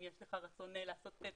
אם יש לך רצון לעשות את